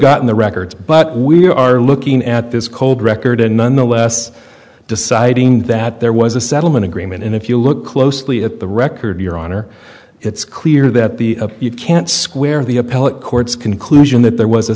gotten the records but we are looking at this cold record and nonetheless deciding that there was a settlement agreement and if you look closely at the record your honor it's clear that the you can't square the appellate court's conclusion that there was a